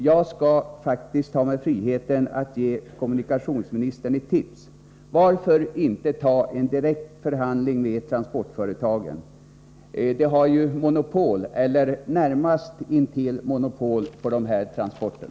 Jag skall faktiskt ta mig friheten att ge kommunikationsministern ett tips: Varför inte ta en direkt förhandling med transportföretagen? Dessa har ju monopol eller näst intill monopol på dessa transporter.